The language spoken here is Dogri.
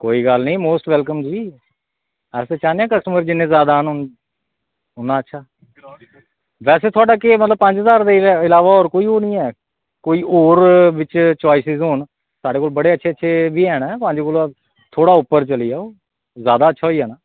कोई गल्ल निं मोस्ट वेलकम जी अस ते चाह्ने की कस्टमर जिन्ने जादा आन उन्ने अच्छा बस थुआढ़ा केह् पंज ज्हार दे इलावा होर किश निं ऐ कोई होर बिच च्वाईस होन साढ़े कोला बड़े अच्छे अच्छे बी हैन पंज कोला उप्पर चली जाओ जादा अच्छा होई जाना